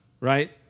right